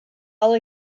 all